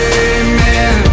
amen